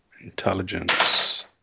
intelligence